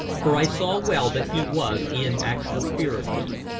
for i saw well that he was in actual fear of me.